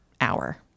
hour